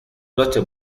noches